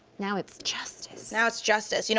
now it's justice. now it's justice. you